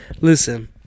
Listen